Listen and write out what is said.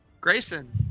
Grayson